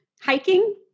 Hiking